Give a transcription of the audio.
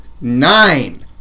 Nine